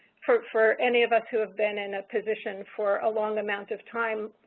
for for any of us who have been in a position for a long amount of time,